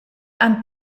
han